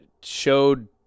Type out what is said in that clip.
showed